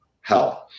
health